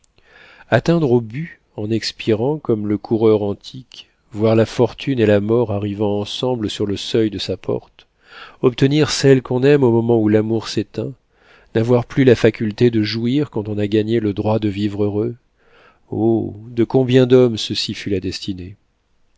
atteindre au but en expirant comme le coureur antique voir la fortune et la mort arrivant ensemble sur le seuil de sa porte obtenir celle qu'on aime au moment où l'amour s'éteint n'avoir plus la faculté de jouir quand on a gagné le droit de vivre heureux oh de combien d'hommes ceci fut la destinée